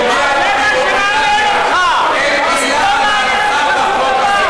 מעניין אותך למחוק את תורת ישראל,